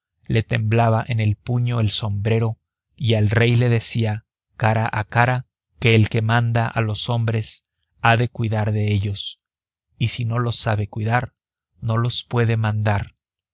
le temblaba en el puño el sombrero y al rey le decía cara a cara que el que manda a los hombres ha de cuidar de ellos y si no los sabe cuidar no los puede mandar